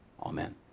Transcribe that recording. Amen